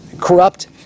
Corrupt